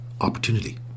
opportunity